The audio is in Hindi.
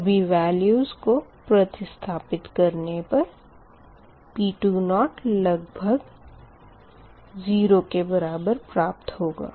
सभी वेल्यूस को प्रतिस्थापित करने पर P2 लगभग 0 के बराबर प्राप्त होगा